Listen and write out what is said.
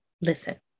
listen